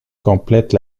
complètent